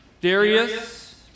Darius